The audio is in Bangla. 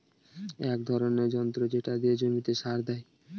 এক ধরনের যন্ত্র যেটা দিয়ে জমিতে সার দেয়